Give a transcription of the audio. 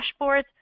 dashboards